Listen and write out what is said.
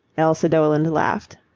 elsa doland laughed.